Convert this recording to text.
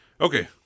Okay